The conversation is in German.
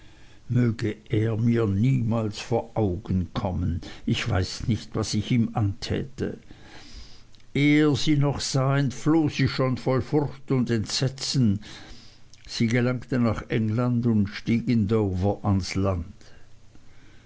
möge er mir niemals vor augen kommen ich weiß nicht was ich ihm antäte ehe er sie noch sah entfloh sie schon voll furcht und entsetzen sie gelangte nach england und stieg in dover ans land